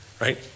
Right